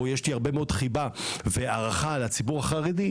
או יש לי הרבה מאוד חיבה והערכה לציבור החרדי,